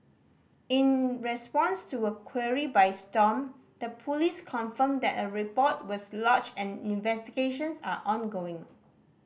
in response to a query by Stomp the police confirmed that a report was lodged and investigations are ongoing